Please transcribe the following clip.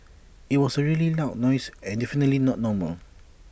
IT was A really loud noise and definitely not normal